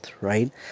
right